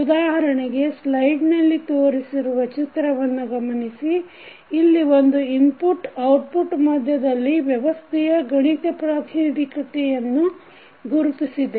ಉದಾಹರಣೆಗೆ ಸ್ಲೈಡ್ ನಲ್ಲಿ ತೋರಿಸಿರುವ ಚಿತ್ರವನ್ನು ಗಮನಿಸಿ ಇಲ್ಲಿ ಒಂದು ಇನ್ಪುಟ್ ಔಟ್ಪುಟ್ ಮಧ್ಯದಲ್ಲಿ ವ್ಯವಸ್ಥೆಯ ಗಣಿತ ಪ್ರಾತಿನಿಧಿಕತೆಯನ್ನು ಗುರುತಿಸಿದೆ